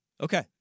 Okay